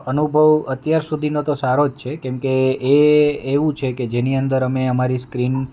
અનુભવ અત્યાર સુધીનો તો સારો જ છે કેમ કે એ એવું છે કે જેની અંદર અમે અમારી સ્ક્રીન